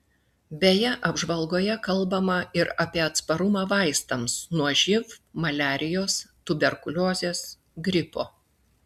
beje apžvalgoje kalbama ir apie atsparumą vaistams nuo živ maliarijos tuberkuliozės gripo